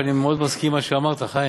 אני מאוד מסכים למה שאמרת, חיים,